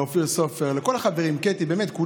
לאופיר סופר, לקטי, לכל החברים שעבדו.